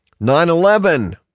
9-11